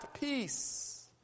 peace